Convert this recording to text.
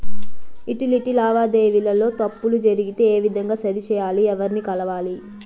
Utility లావాదేవీల లో తప్పులు జరిగితే ఏ విధంగా సరిచెయ్యాలి? ఎవర్ని కలవాలి?